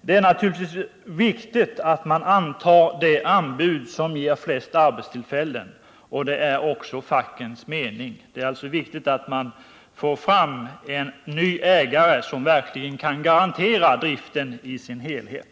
det är viktigt att man antar det anbud som ger flest arbetstillfällen. Detta är också fackens mening. Det är också viktigt att man får fram en ny ägare som verkligen kan garantera driften i dess helhet.